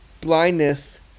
blindness